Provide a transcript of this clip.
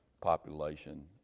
population